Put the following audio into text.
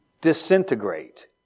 disintegrate